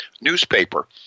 newspaper